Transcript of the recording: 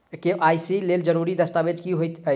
KYC लेल जरूरी दस्तावेज की होइत अछि?